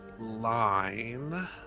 line